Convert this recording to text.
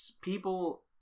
people